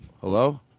Hello